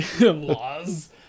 Laws